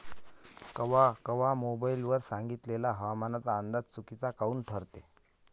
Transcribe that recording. कवा कवा मोबाईल वर सांगितलेला हवामानाचा अंदाज चुकीचा काऊन ठरते?